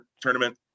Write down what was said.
tournament